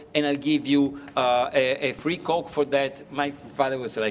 and i'll give you a free coke for that? my father would say,